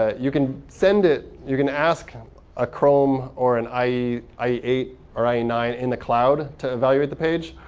ah you can send it. you can ask a chrome or an i i e eight or i e nine in the cloud to evaluate the page.